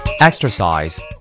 Exercise